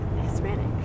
Hispanic